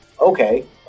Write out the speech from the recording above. okay